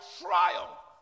trial